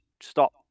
stop